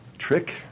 trick